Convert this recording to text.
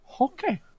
okay